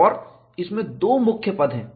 और इसमें दो मुख्य पद हैं